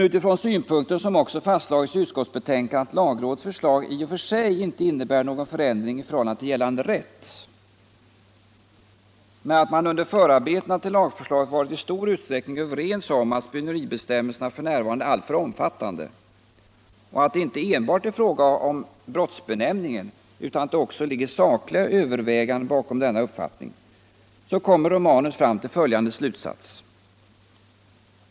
Utifrån den synpunkten, som också fastslagits i utskottsbetänkandet och lagrådets förslag, att propositionen i och för sig inte innebär någon förändring i förhållande till gällande rätt, men att man under förarbetena varit i stor utsträckning överens om att spioneribestämmelserna f. n. är alltför omfattande och att det inte enbart är fråga om brottsbenämningen, utan att det också ligger sakliga överväganden bakom denna uppfattning, kommer emellertid Romanus fram till följande slutsats.